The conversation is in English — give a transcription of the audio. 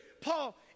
Paul